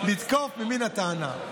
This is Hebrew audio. לתקוף ממין הטענה,